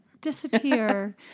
disappear